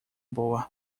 boa